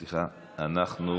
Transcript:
סליחה, אנחנו,